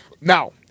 Now